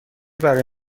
برای